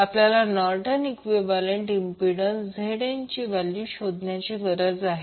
आपल्याला Norton equivalent impedance ZN ची value शोधण्याची गरज आहे